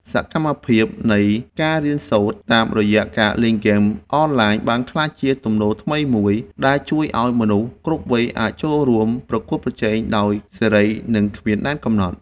សកម្មភាពនៃការរៀនសូត្រតាមរយៈការលេងហ្គេមអនឡាញបានក្លាយជាទំនោរថ្មីមួយដែលជួយឱ្យមនុស្សគ្រប់វ័យអាចចូលរួមប្រកួតប្រជែងដោយសេរីនិងគ្មានដែនកំណត់។